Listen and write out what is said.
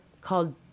called